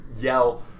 yell